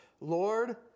Lord